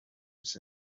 his